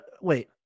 wait